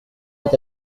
peut